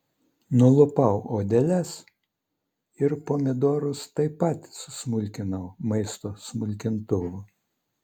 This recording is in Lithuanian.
nulupau odeles ir pomidorus taip pat susmulkinau maisto smulkintuvu